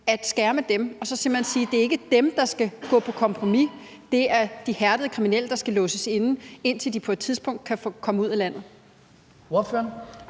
kriminelle, og så simpelt hen sige, at det ikke er dem, der skal gå på kompromis; det er de hærdede kriminelle, der skal låses inde, indtil de på et tidspunkt kan komme ud af landet?